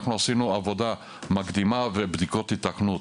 אנחנו עשינו עבודה מקדימה ובדיקות היתכנות,